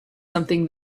something